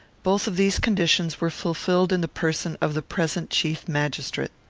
both of these conditions were fulfilled in the person of the present chief-magistrate.